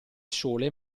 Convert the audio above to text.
sole